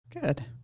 Good